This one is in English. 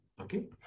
Okay